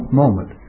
moment